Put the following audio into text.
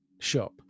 shop